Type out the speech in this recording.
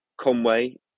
Conway